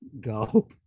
go